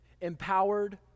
Empowered